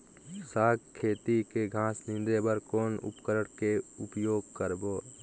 साग खेती के घास निंदे बर कौन उपकरण के उपयोग करबो?